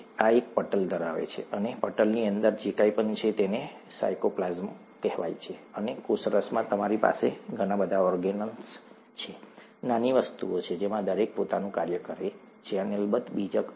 આ એક પટલ ધરાવે છે અને પટલની અંદર જે કંઈપણ છે તેને સાયટોપ્લાઝમ કહેવાય છે અને કોષરસમાં તમારી પાસે ઘણા બધા ઓર્ગેનેલ્સ છે નાની વસ્તુઓ છે જેમાં દરેકનું પોતાનું કાર્ય છે અને અલબત્ત બીજક અહીં છે